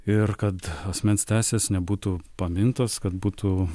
ir kad asmens teisės nebūtų pamintos kad būtų